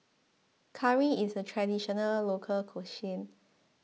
Curry is a Traditional Local Cuisine